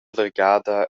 vargada